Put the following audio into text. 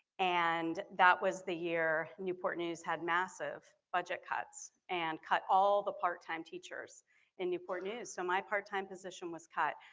and that was the year newport news had massive budget cuts and cut all the part-time teachers in newport news, so my part-time position was cut.